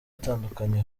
atandukanye